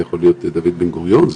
זה יכול להיות דוד בן גוריון,